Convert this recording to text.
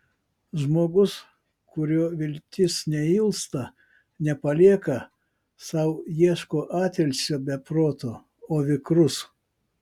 žmogus kurio viltis neilsta nepalieka sau ieško atilsio be proto o vikrus